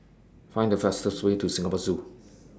Find The fastest Way to Singapore Zoo